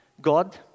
God